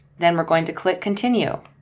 then we're going to click continue.